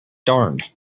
darned